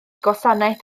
gwasanaeth